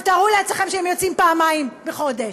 עכשיו תארו לעצמכם שהם יוצאים פעמיים בחודש,